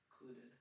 included